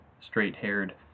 straight-haired